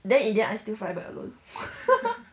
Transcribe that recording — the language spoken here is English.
then in the end I still fly back alone